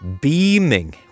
beaming